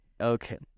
okay